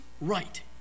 right